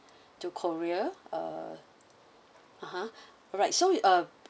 to korea uh (uh huh) alright so with uh